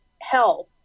help